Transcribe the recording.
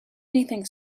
anything